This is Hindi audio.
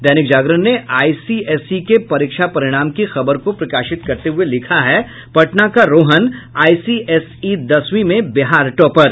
दैनिक जागरण ने आइसीएसई के परीक्षा परिणाम की खबर को प्रकाशित करते हुये लिखा है पटना का रोहन आइसीएसई दसवीं में बिहार टॉपर